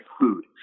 food